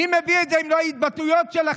מי מביא את זה אם לא ההתבטאויות שלכם?